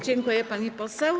Dziękuję, pani poseł.